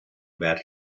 about